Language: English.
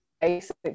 basic